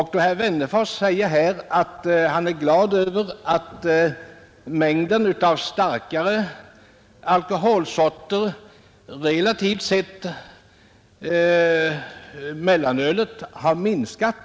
Herr Wennerfors sade att han är glad över att konsumtionen av starkare alkoholsorter har minskat jämfört med konsumtionen av mellanöl.